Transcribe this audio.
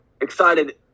excited